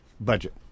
budget